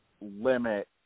limit